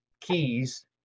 keys